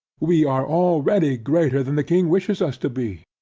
we are already greater than the king wishes us to be,